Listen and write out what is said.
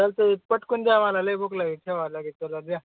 चालतंय ते पटकन द्या मला लई भूक लागे ठेवा लागेल चला द्या